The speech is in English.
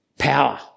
power